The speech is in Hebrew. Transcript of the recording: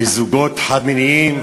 לזוגות חד-מיניים.